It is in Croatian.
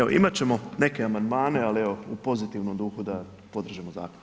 Jel imat ćemo neke amandmane ali evo u pozitivnom duhu da podržimo zakon.